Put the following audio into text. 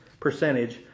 percentage